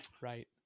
Right